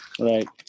right